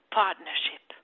partnership